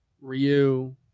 Ryu